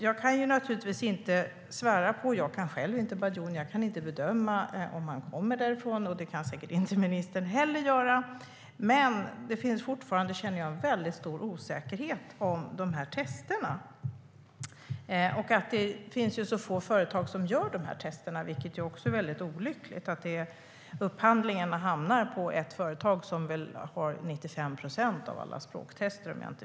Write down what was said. Jag kan inte bajuni själv och kan inte bedöma eller svära på om han kommer därifrån eller inte. Det kan säkert inte ministern heller göra. Men det finns fortfarande en stor osäkerhet när det gäller de här testerna. Och det finns få företag som gör testerna. Det är olyckligt att upphandlingarna hamnar hos ett företag som, om jag inte minns fel, har 95 procent av alla språktester.